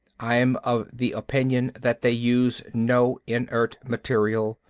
i'm of the opinion that they use no inert material.